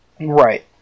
Right